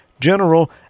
general